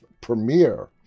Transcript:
premiere